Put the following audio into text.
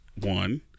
one